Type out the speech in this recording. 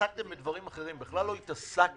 התעסקתם בדברים אחרים, בכלל לא התעסקתם